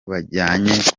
bajyanye